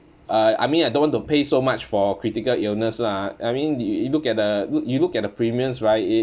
uh I mean I don't want to pay so much for critical illness lah I mean the you look at the you you look at the premiums right it~